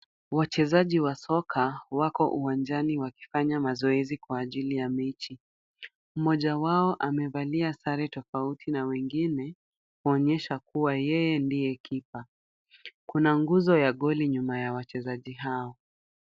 Wachezaji wa soka wako uwanjani wakifanya mazoezi kwa ajili ya mechi. Mmoja wao amevalia sare tofauti na wengine kuonyesha kuwa yeye ndiye [c] keeper [C]. Kuna nguzo ya goli nyuma ya wachezaji hao.